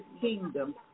kingdom